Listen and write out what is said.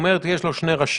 נוהל משרד9.